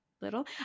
little